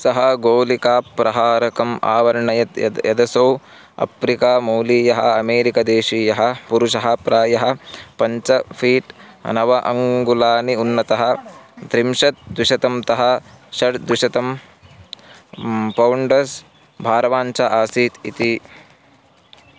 सः गोलिकाप्रहारकम् आवर्णयत् यद् यदसौ अप्रिकामौलीयः अमेरिकदेशीयः पुरुषः प्रायः पञ्च फ़ीट् नव अङ्गुलानि उन्नतः त्रिंशत् द्विशतं तः षड् द्विशतं पौण्डर्स् भारवाञ्च आसीत् इति